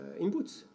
inputs